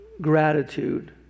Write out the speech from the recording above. gratitude